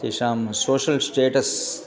तेषां social status